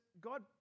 God